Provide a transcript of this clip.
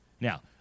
Now